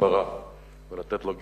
ההסברה ולתת לו גיבוי.